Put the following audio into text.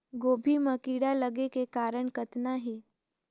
गोभी म कीड़ा लगे के कारण कतना हे?